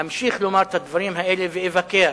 אמשיך לומר את הדברים האלה, ואבקר